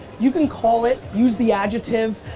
you can call it, use the adjective,